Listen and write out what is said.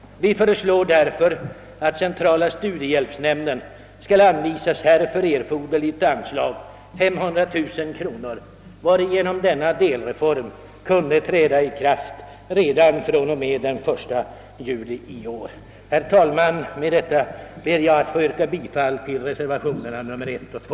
Vi föreslår därför att åt centrala studiehjälpsnämnden skall anvisas härför erforderligt anslag, 500 000 kronor, varigenom denna delreform kunde träda i kraft redan från och med den 1 juli i år. Herr talman! Med detta ber jag få yrka bifall till reservationerna nr 1 och 2.